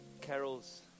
Carol's